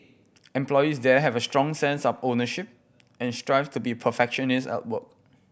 employees there have a strong sense of ownership and strive to be perfectionist at work